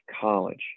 college